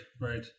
right